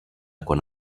quant